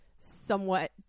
somewhat